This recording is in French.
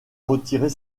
retirer